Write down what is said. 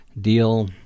deal